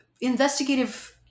investigative